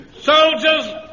Soldiers